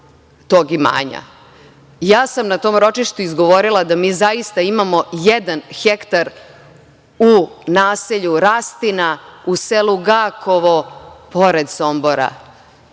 sam na tom ročištu izgovorila da mi zaista imamo jedan hektar u naselju Rastina, u selu Gakovo pored Sombora,